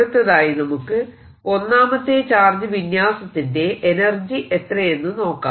അടുത്തതായി നമുക്ക് ഒന്നാമത്തെ ചാർജ് വിന്യാസത്തിന്റെ എനർജി എത്രയെന്നു നോക്കാം